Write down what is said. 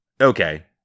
Okay